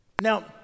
Now